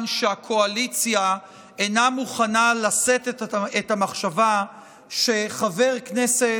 שהקואליציה אינה מוכנה לשאת את המחשבה שחבר כנסת